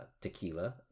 tequila